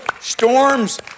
storms